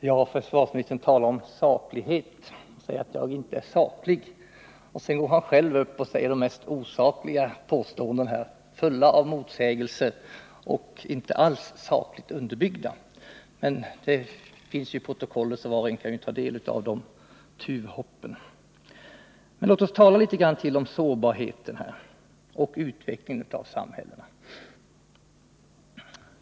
Fru talman! Försvarsministern säger att jag inte är saklig, men själv går han upp i talarstolen och framför de mest osakliga påståenden, fulla av motsägelser och inte alls sakligt underbyggda. Det finns ju protokoll, så var och en kan ta del av de tuvhoppen. Låt oss tala litet om sårbarheten och utvecklingen av samhällena.